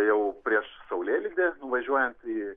jau prieš saulėlydį nuvažiuojant į